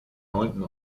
neunten